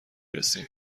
رسیم